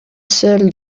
seul